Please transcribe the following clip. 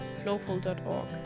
flowful.org